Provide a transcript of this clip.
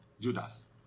Judas